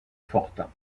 fortin